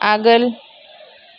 आगोल